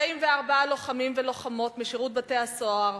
44 לוחמים ולוחמות משירות בתי-הסוהר,